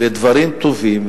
בדברים טובים,